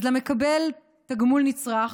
אז למקבל תגמול נצרך,